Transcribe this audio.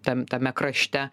tam tame krašte